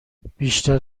بیشتر